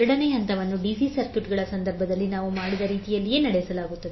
ಎರಡನೆಯ ಹಂತವನ್ನು ಡಿಸಿ ಸರ್ಕ್ಯೂಟ್ಗಳ ಸಂದರ್ಭದಲ್ಲಿ ನಾವು ಮಾಡಿದ ರೀತಿಯಲ್ಲಿಯೇ ನಡೆಸಲಾಗುತ್ತದೆ